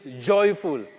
joyful